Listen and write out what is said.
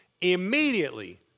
immediately